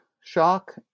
shock